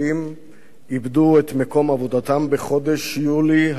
איבדו את מקום עבודתם בחודש יולי האחרון בלבד.